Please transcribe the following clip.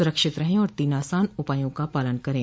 सुरक्षित रहें और तीन आसान उपायों का पालन करें